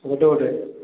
ଗୋଟେ ଗୋଟେ